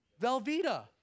Velveeta